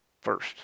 first